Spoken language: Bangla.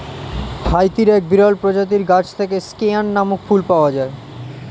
হাইতির এক বিরল প্রজাতির গাছ থেকে স্কেয়ান নামক ফুল পাওয়া যায়